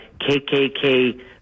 KKK